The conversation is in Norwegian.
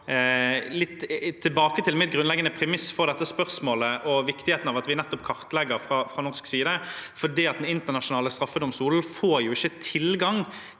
tilbake til mitt grunnleggende premiss for dette spørsmålet og viktigheten av at vi nettopp kartlegger fra norsk side, for Den internasjonale straffedomstolen får ikke tilgang